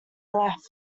left